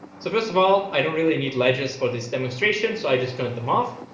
so first of all, i don't really need ledges for this demonstration. so i just turned them off.